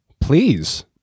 Please